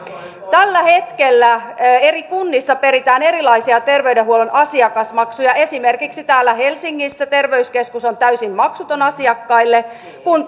tällä hetkellä eri kunnissa peritään erilaisia terveydenhuollon asiakasmaksuja esimerkiksi täällä helsingissä terveyskeskus on täysin maksuton asiakkaille kun